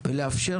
ולאפשר,